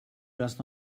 does